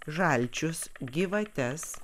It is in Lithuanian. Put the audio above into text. žalčius gyvates